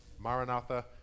Maranatha